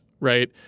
right